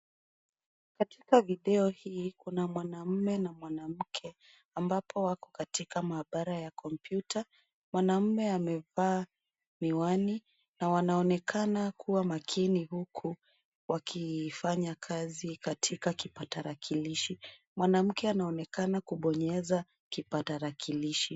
Katika video hii kuna mwanaume na mwanamke ambapo wako katika maabara ya kompyuta. Mwanaume amevaa miwani na wanaonekana kuwa makini huku wakifanya kazi katika kipatalakilishi. Mwanamke anaonekana kubonyeza kipatalakilishi.